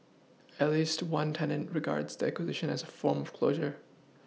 at least one tenant regards the acquisition as a form of closure